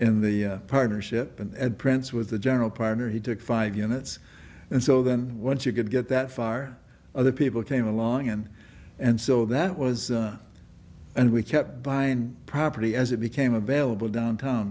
in the partnership and prince was the general partner he took five units and so then once you could get that far other people came along and and so that was and we kept buying property as it became available downtown